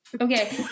okay